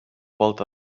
volta